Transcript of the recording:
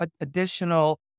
additional